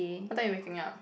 what time you waking up